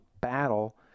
battle